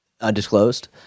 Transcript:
Undisclosed